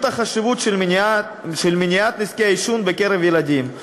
בחשיבות של מניעת נזקי העישון בקרב ילדים,